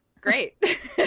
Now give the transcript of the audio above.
great